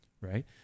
right